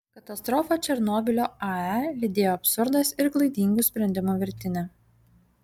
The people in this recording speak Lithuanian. katastrofą černobylio ae lydėjo absurdas ir klaidingų sprendimų virtinė